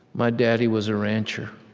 my daddy was a rancher.